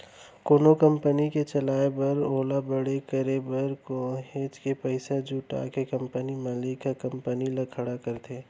कोनो कंपनी के चलाए बर ओला खड़े करे बर काहेच के पइसा जुटा के कंपनी मालिक ह कंपनी ल खड़ा करथे